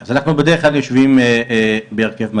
אז אנחנו בדרך כלל יושבים בהרכב מלא,